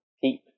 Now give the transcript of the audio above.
keep